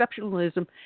exceptionalism